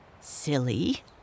Silly